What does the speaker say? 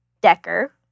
Decker